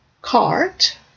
Cart